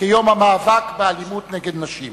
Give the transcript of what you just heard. כיום המאבק באלימות נגד נשים.